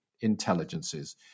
intelligences